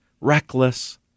reckless